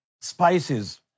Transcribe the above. Spices